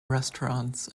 restaurants